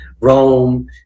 Rome